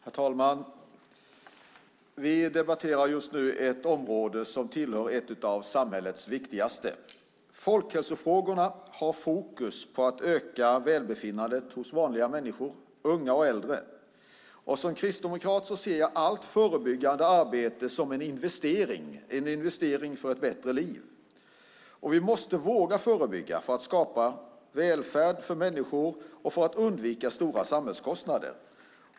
Herr talman! Vi debatterar just nu ett område som är ett av samhällets viktigaste. Folkhälsofrågorna har fokus på att öka välbefinnandet hos vanliga människor, unga som äldre. Som kristdemokrat ser jag allt förebyggande arbete som en investering för ett bättre liv. Vi måste våga förebygga för att skapa välfärd för människor och för att undvika stora samhällskostnader.